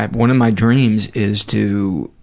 one of my dreams is to